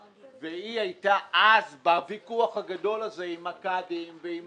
הייתה אז בוויכוח הגדול הזה עם הקאדים ועם